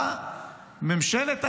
באה ממשלת הימין,